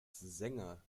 sänger